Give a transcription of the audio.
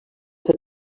per